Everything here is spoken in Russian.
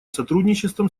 сотрудничеством